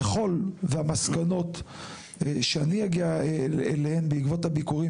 ככל והמסקנות שאני אגיע אליהן בעקבות הביקורים